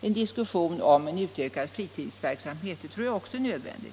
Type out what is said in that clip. diskussion om utökad fritidsverksamhet. Det tror jag är nödvändigt.